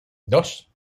dos